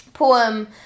Poem